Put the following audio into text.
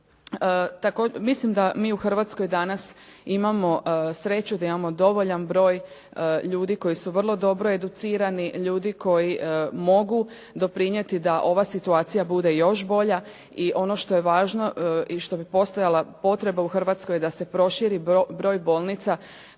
Mislim da mi u Hrvatskoj imamo sreću da imamo dovoljan broj ljudi koji su vrlo dobro educirani, ljudi koji mogu doprinijeti da ova situacija bude još bolja i ono što je važno i što bi postojala potreba u Hrvatskoj da se proširi broj bolnica